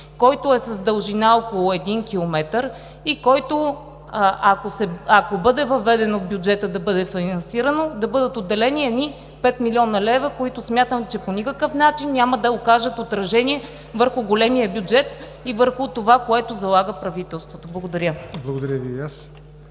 който е с дължина около 1 км, и който, ако бъде финансиран от бюджета, да бъдат отделени едни 5 млн. лв., които смятаме, че по никакъв начин няма да окажат отражение върху големия бюджет и върху това, което залага правителството. Благодаря. ПРЕДСЕДАТЕЛ ЯВОР